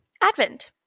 Advent